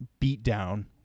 beatdown